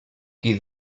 qui